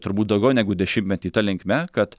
turbūt daugiau negu dešimtmetį ta linkme kad